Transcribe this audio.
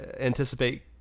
anticipate